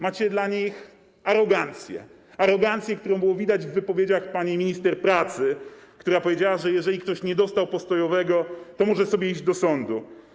Macie dla nich arogancję, którą było widać w wypowiedziach pani minister pracy, która powiedziała, że jeżeli ktoś nie dostał postojowego, to może sobie iść do sądu.